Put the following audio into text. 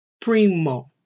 primo